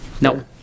no